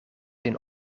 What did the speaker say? een